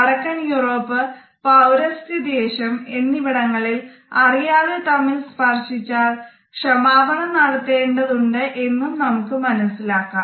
വടക്കൻ യൂറോപ്പ് പൌരസ്ത്യ ദേശം എന്നിവിടങ്ങളിൽ അറിയാതെ തമ്മിൽ സ്പർശിച്ചാൽ ക്ഷമാപണം നടത്തേണ്ടതുണ്ട് എന്നും നമുക്ക് മനസ്സിലാക്കാം